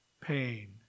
pain